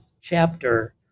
chapter